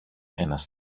ένας